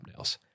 thumbnails